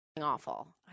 Awful